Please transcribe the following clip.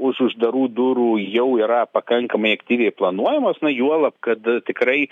už uždarų durų jau yra pakankamai aktyviai planuojamos juolab kad tikrai